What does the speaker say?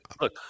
Look